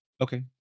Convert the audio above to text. Okay